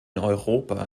europa